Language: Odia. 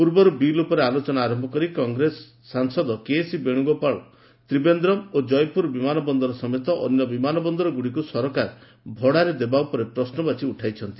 ପୂର୍ବରୁ ବିଲ୍ ଉପରେ ଆଲୋଚନା ଆରମ୍ଭ କରି କଂଗ୍ରେସ ସାଂସଦ କେସି ବେଣ୍ରଗୋପାଳ ତି଼ବେନ୍ଦମ ଓ କୟପ୍ରର ବିମାନ ବନ୍ଦର ସମେତ ଅନ୍ୟ ବିମାନ ବନ୍ଦରଗୁଡ଼ିକୁ ସରକାର ଭଡ଼ାରେ ଦେବା ଉପରେ ପ୍ରଶ୍ନବାଚୀ ଉଠାଇଛନ୍ତି